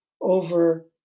over